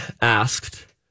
asked